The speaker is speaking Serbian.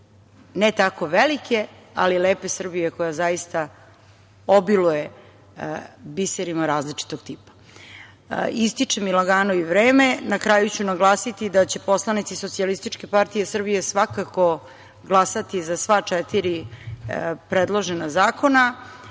ne tako velike, ali lepe Srbije, koja zaista obiluje biserima različitog tipa. Ističe mi lagano i vreme. Na kraju ću naglasiti da će poslanici Socijalističke partije Srbije svakako glasati za sva četiri predložena zakona